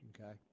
Okay